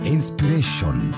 Inspiration